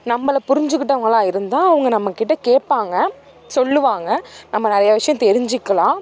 நம்மளை புரிஞ்சிக்கிட்டவங்களாக இருந்தால் அவங்க நம்மக்கிட்ட கேட்பாங்க சொல்லுவாங்க நம்ம நிறையா விஷயம் தெரிஞ்சிக்கலாம்